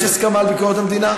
יש הסכמה על ביקורת המדינה?